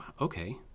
okay